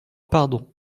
pardon